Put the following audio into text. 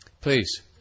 Please